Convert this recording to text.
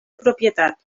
propietat